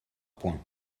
points